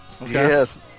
Yes